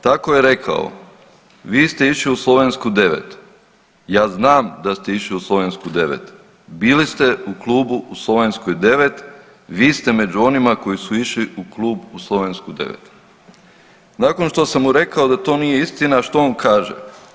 Tako je rekao vi ste išli u Slovensku 9, ja znam da ste išli u Slovensku 9, bili ste u klubu u Slovenskoj 9, vi ste među onima koji su išli u Slovensku 9. Nakon što sam mu rekao da je to nije istina, što on kaže?